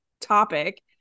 topic